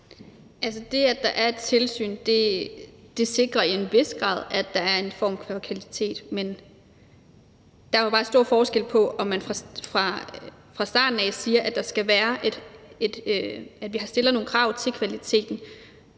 det, at der er et tilsyn, sikrer til en vis grad, at der er en form for kvalitet. Men der er jo bare stor forskel på, om man fra starten af siger, at vi stiller nogle krav til kvaliteten,